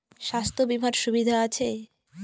স্বাস্থ্য বিমার সুবিধা আছে?